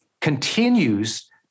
continues